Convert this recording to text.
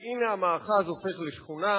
והנה המאחז הופך לשכונה,